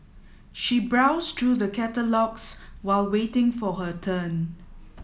she browsed through the catalogues while waiting for her turn